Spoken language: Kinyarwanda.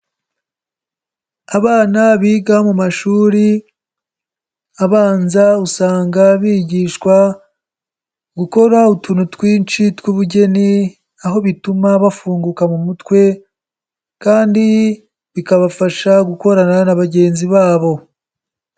Abana biga mu mashuri abanza usanga bigishwa gukora utuntu twinshi tw'ubugeni, aho bituma bafunguka mu mutwe kandi bikabafasha gukorana na bagenzi babo.